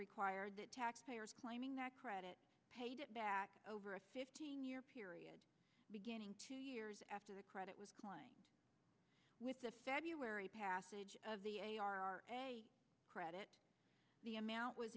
required that taxpayers claiming that credit paid it back over a fifteen year period beginning two years after the credit was playing with the february passage of the credit the amount was